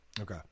okay